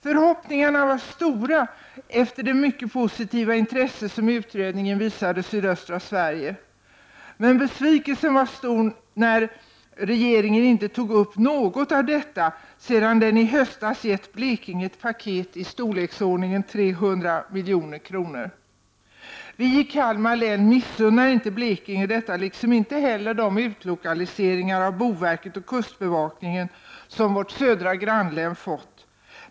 Förhoppningarna var stora efter det mycket positiva intresse som utredningen visade sydöstra Sverige. Men besvikelsen var stor när regeringen inte tog upp något av detta sedan den i höstas gett Blekinge ett paket i storleksordningen 300 milj.kr. Vi i Kalmar missunnar inte Blekinge detta liksom inte heller de utlokaliseringar av boverket och kustbevakningen som vårt södra grannlän fått.